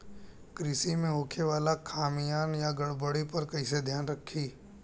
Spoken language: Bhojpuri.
कृषि में होखे वाला खामियन या गड़बड़ी पर कइसे ध्यान रखि?